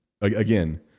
Again